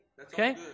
Okay